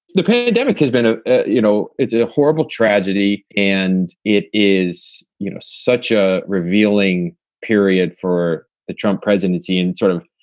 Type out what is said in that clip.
the pandemic has been a you know. a horrible tragedy, and it is you know such a revealing period for the trump presidency and sort of,